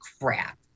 crap